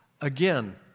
Again